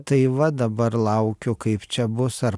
tai va dabar laukiu kaip čia bus ar